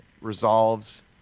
resolves